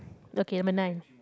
okay number nine